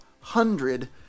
hundred